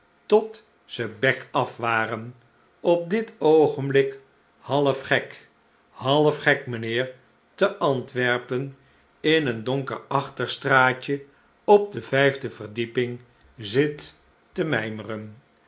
tot ze bek af waren op dit oogenblik half gek half gek mijnheer te antwerpen in een donker achterstraatje op de vijfde verdieping zit te mhmeren